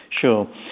Sure